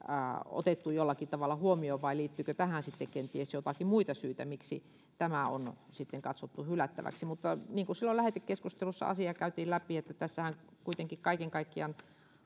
otettu jollakin tavalla huomioon vai liittyyköhän tähän sitten kenties joitakin muita syitä miksi tämä on katsottu hylättäväksi niin kuin silloin lähetekeskustelussa asiaa käytiin läpi niin tässäkinhän kuitenkin kaiken kaikkiaan